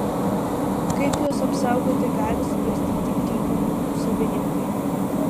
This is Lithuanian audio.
kaip juos apsaugoti gali svarstyti grybų ūkių savininkai